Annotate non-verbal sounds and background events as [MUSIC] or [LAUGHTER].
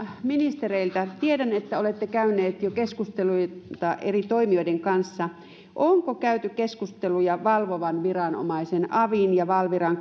ministereiltä tiedän että olette käyneet jo keskusteluita eri toimijoiden kanssa onko käyty keskusteluja valvovien viranomaisten avin ja valviran [UNINTELLIGIBLE]